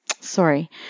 sorry